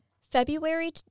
February